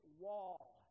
wall